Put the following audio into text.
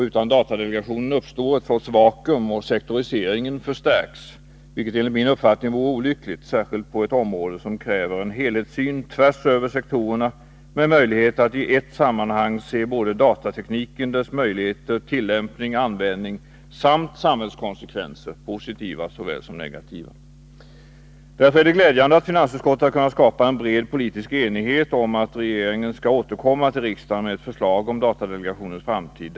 Utan datadelegationen uppstår en sorts vakuum, och sektoriseringen förstärks. Enligt min uppfattning vore detta olyckligt, särskilt som det gäller ett område som kräver en helhetssyn tvärsöver sektorerna med möjlighet att i ett sammanhang se såväl datatekniken med dess möjligheter, tillämpning och användning som samhällskonsekvenserna — både de positiva och de negativa. Det är därför glädjande att finansutskottet har kunnat skapa en bred politisk enighet om att regeringen skall återkomma till riksdagen med ett förslag om datadelegationens framtid.